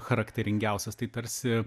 charakteringiausias tai tarsi